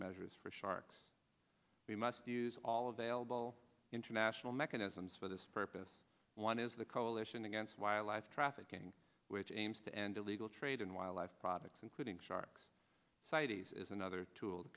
measures for sharks we must use all available international mechanisms for this purpose one is the coalition against wildlife trafficking which aims to end illegal trade in wildlife products including shark sightings is another tool t